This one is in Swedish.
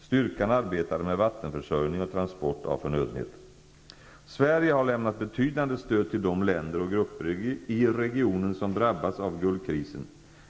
Styrkan arbetade med vattenförsörjning och transport av förnödenheter. Sverige har lämnat betydande stöd till de länder och grupper i regionen som drabbats av Gulfkrisen.